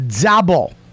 Double